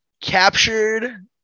captured